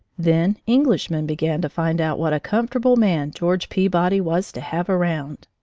then englishmen began to find out what a comfortable man george peabody was to have round.